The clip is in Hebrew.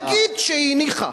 נגיד שהיא הניחה.